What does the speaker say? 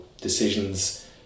decisions